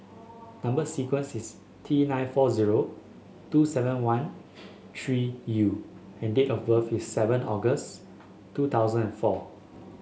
number sequence is T nine four zero two seven one three U and date of birth is seven August two thousand and four